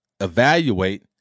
evaluate